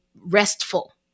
restful